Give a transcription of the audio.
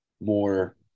more –